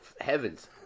heavens